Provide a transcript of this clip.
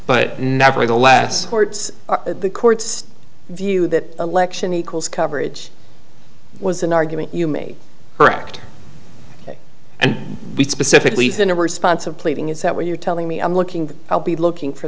but nevertheless courts the court's view that election equals coverage was an argument you made correct and specifically even a response of pleading is that where you're telling me i'm looking i'll be looking for